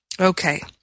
Okay